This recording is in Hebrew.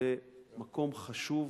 זה מקום חשוב